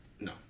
No